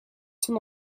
son